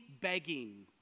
begging